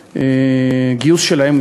או גיוס שלהן,